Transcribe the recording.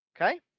Okay